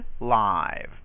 live